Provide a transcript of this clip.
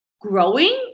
growing